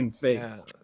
face